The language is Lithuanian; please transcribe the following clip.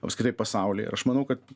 apskritai pasaulyje ir aš manau kad